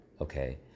okay